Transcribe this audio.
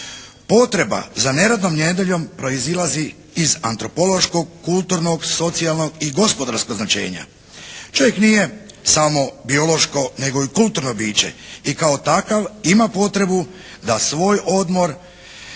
Potreba za neradnom nedjeljom proizlazi iz antropološkog, kulturnog, socijalnog i gospodarskog značenja. Čovjek nije samo biološko nego i kulturno biće i kao takav ima potrebu da svoj odmor